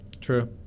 True